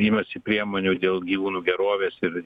imasi priemonių dėl gyvūnų gerovės ir